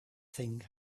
thing